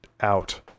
out